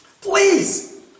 Please